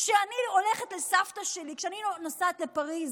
כשאני נוסעת לפריז